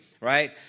Right